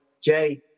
Jay